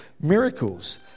miracles